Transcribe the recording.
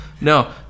No